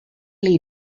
lee